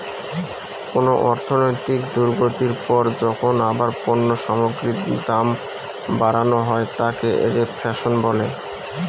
কোন অর্থনৈতিক দুর্গতির পর যখন আবার পণ্য সামগ্রীর দাম বাড়ানো হয় তাকে রেফ্ল্যাশন বলে